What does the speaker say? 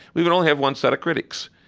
we would only have one set of critics,